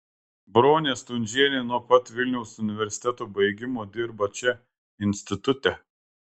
bronė stundžienė nuo pat vilniaus universiteto baigimo dirba čia institute